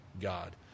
God